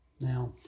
now